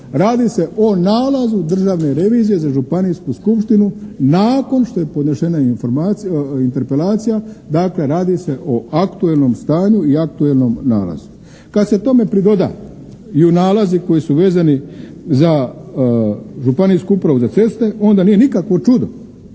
radi se o nalazu Državne revizije za županijsku skupštinu nakon što je podnešena informacija, interpelacija dakle radi se o aktuelnom stanju i aktuelnom nalazu. Kad se tome pridodaju nalazi koji su vezani za županijsku upravu za ceste, onda nije nikakvo čudo